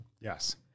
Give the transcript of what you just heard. Yes